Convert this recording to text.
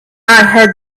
had